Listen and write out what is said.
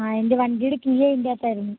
ആ എൻ്റെ വണ്ടിയുടെ കീ അതിന്റെയകത്തായിരുന്നു